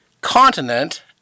continent